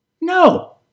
No